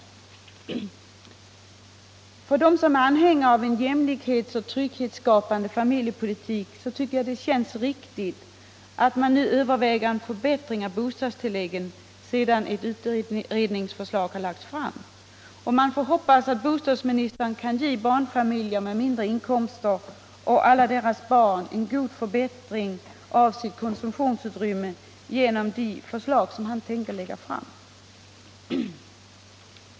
För dem som är anhängare av en jämlikhets och trygghetsskapande familjepolitik måste det kännas riktigt att man nu överväger en förbättring av bostadstilläggen sedan ett utredningsförslag har lagts fram. Jag hoppas att bostadsministern kan ge barnfamiljer med mindre inkomster en god förbättring av deras konsumtionsutrymme genom det förslag som han tänker lägga fram.